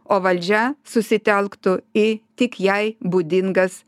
o valdžia susitelktų į tik jai būdingas